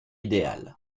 idéal